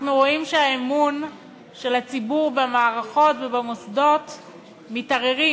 אנחנו רואים שהאמון של הציבור במערכות ובמוסדות מתערער.